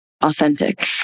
authentic